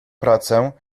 pracę